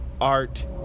Art